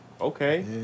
Okay